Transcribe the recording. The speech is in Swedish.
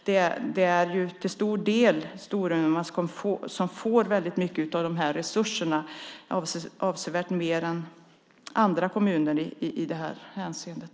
Det är Storuman som får väldigt mycket av resurserna, avsevärt mer än andra kommuner i det hänseendet.